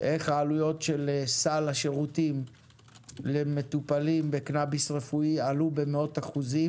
איך העלויות של סל השירותים למטופלים בקנביס רפואי עלו במאות אחוזים.